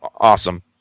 awesome